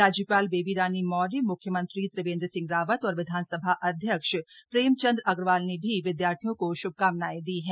राज्यपाल बेबी रानी मौर्य मुख्यमंत्री त्रिवेन्द्र सिंह रावत और विधानसभा अध्यक्ष प्रेमचंद अग्रवाल ने भी विद्यार्थियों को श्भकामनाएं दी हैं